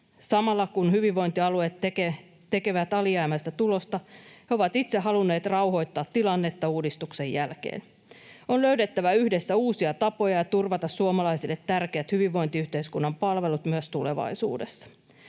Samalla, kun hyvinvointialueet tekevät alijäämäistä tulosta, he ovat itse halunneet rauhoittaa tilannetta uudistuksen jälkeen. On löydettävä yhdessä uusia tapoja turvata suomalaisille tärkeät hyvinvointiyhteiskunnan palvelut myös tulevaisuudessa.